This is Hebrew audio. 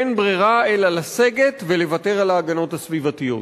אין ברירה אלא לסגת ולוותר על ההגנות הסביבתיות.